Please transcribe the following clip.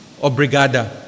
Obrigada